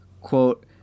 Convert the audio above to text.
quote